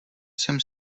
jsem